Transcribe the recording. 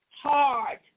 hard